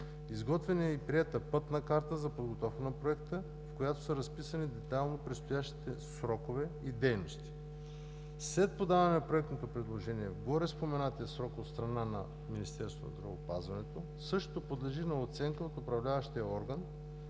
Изготвена е и приета Пътна карта за подготовка на проекта, в която са разписани детайлно предстоящите срокове и дейности. След подаване на проектното предложение в гореспоменатия срок от страна на Министерството на здравеопазването, същото подлежи на оценка от Управляващия орган,